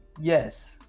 yes